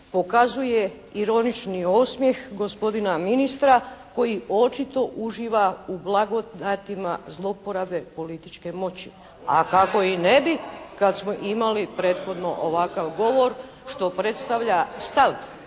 pokazuje ironični osmjeh gospodina ministra koji očito uživa u blagodatima zlouporabe političke moći… … /Upadica se ne razumije./ … A kako i ne bi kad smo imali prethodno ovakav govor što predstavlja stav